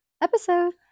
episode